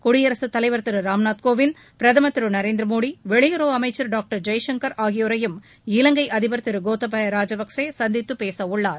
குடியரசுத் தலைவர் திரு ராம்நாத் கோவிந்த் பிரதமர் திரு நரேந்திர மோடி வெளியுறவு அமைச்சர் டாக்டர் ஜெய்சங்கர் ஆகியோரையும் இலங்கை அதிபர் திரு கோத்தபய ராஜபக்சே சந்தித்து பேசவுள்ளார்